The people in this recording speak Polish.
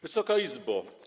Wysoka Izbo!